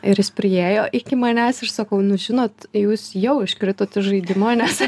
ir jis priėjo iki manęs ir sakau nu žinot jūs jau iškritote iš žaidimo nes